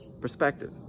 Perspective